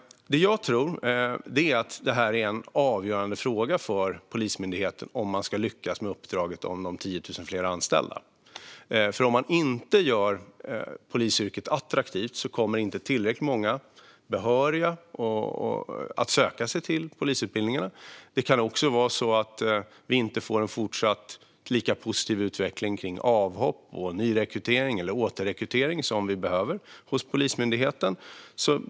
Jag tror att detta är en avgörande fråga för Polismyndigheten om man ska lyckas med uppdraget om de 10 000 fler anställda. Om man inte gör polisyrket attraktivt kommer inte tillräckligt många behöriga att söka sig till polisutbildningarna. Det kan också bli så att vi inte får en fortsatt lika positiv utveckling kring avhopp, nyrekrytering och återrekrytering som vi behöver hos Polismyndigheten.